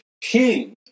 king